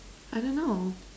I don't know